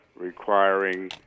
requiring